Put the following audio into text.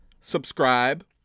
subscribe